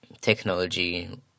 technology